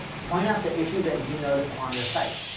point out the issues that you notice on their site.